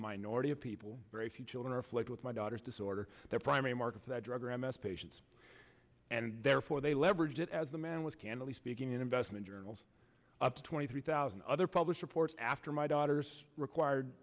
minority of people very few children reflect with my daughter's disorder their primary markets that drug or m s patients and therefore they leverage it as the man was candidly speaking in investment journals up to twenty three thousand other published reports after my daughter's required